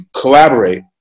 collaborate